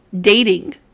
Dating